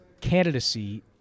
candidacy